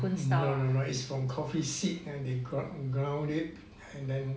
no no no is from coffee seed and they grou~ ground it and then